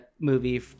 movie